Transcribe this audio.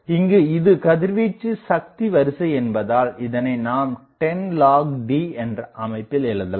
இங்கு இது கதிர்வீச்சு சக்தி வரிசை என்பதால் இதனை நாம் 10 log d என்ற அமைப்பில் எழுதலாம்